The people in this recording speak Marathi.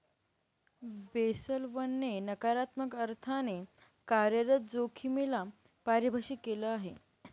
बेसल वन ने नकारात्मक अर्थाने कार्यरत जोखिमे ला परिभाषित केलं आहे